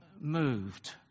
moved